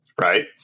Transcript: right